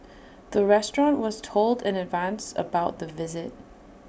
the restaurant was told in advance about the visit